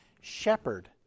shepherd